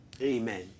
Amen